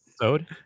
episode